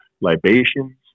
libations